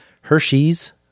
Hershey's